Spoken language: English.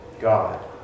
God